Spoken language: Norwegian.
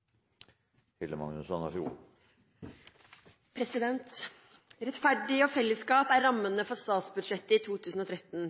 og fellesskap er rammene for statsbudsjettet 2013.